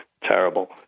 Terrible